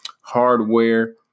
hardware